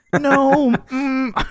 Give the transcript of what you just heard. no